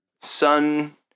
sun